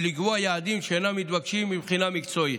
ולקבוע יעדים שאינם מתבקשים מבחינה מקצועית.